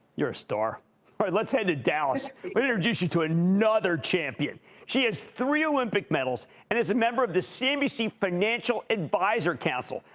you're a star let's head to dallas introduce you to another champion she has three olympic medals and is a member of the cnbc financial advisor council.